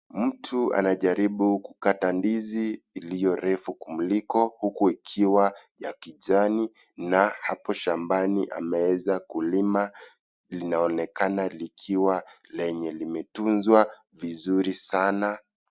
Mtu anajaribu kukata ndizi iliyo refu kumliko huku ikiwa ya kijani na hapo shambani ameweza kulima, linaonekana likiwa lenye limetunzwa vizuri sana.